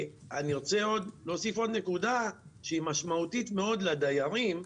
אני רוצה להוסיף עוד נקודה שהיא משמעותית מאוד לדיירים.